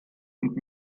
und